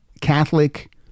Catholic